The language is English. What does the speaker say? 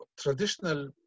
traditional